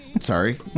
Sorry